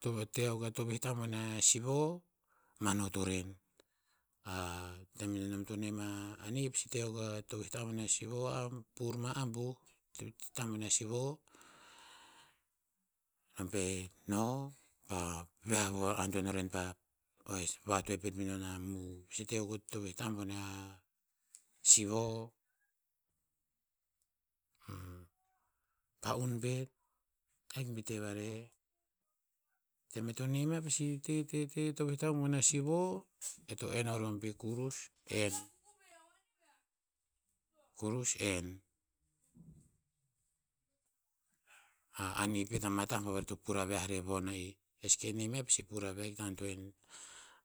Te o te o a tovih tah boneh sivo, manot uren. A tem enom tonem a anii, i pasi te a tovih tah boneh a sivo, pur ma ambuh tovih tah boneh a sivo. Be no pa viah va antoen vuren pa- pa oes vatoe pet menon pa muu, si te akuk a tovih tah boneh a sivo. Pa'un pet, ahik bi te vare. Tem e to nem ya, pasi te, te, te tovih tah boneh a sivo, e to en ureom pii, kurus en, kurus en. A anii pet ama tah bovarih to pur aviah rer von a'ih, esi keh nem yah hik ta antoen